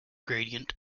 gradient